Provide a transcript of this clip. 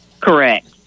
Correct